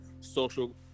social